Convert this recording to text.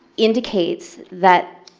indicates that